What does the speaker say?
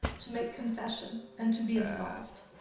to make confession and to be absolv'd.